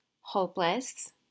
hopeless